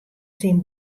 syn